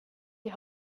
die